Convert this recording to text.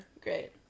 Great